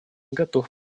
готов